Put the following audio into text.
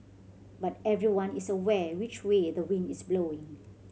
but everyone is aware which way the wind is blowing